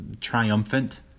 triumphant